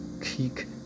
kick